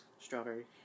Strawberry